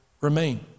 remain